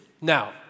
Now